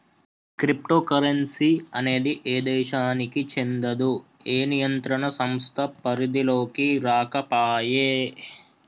crypto currency అనేది ఏ దేశానికీ చెందదు, ఏ నియంత్రణ సంస్థ పరిధిలోకీ రాకపాయే